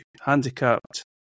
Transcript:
handicapped